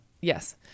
Yes